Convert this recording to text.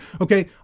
okay